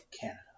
Canada